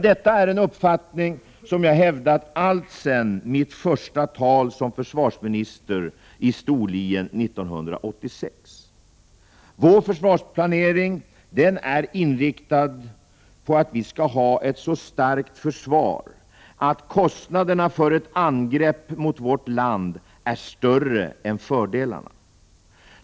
Detta är en uppfattning jag hävdat alltsedan mitt första tal som försvarsminister i Storlien 1986. Vår försvarsplanering är inriktad på att vi skall ha ett så starkt försvar att kostnaderna för ett angrepp mot vårt land är större än fördelarna.